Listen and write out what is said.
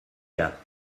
gars